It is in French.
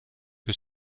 que